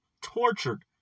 tortured